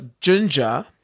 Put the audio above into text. Ginger